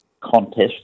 contest